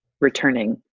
returning